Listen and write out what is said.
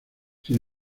sin